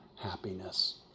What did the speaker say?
happiness